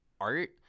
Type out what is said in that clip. art